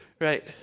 right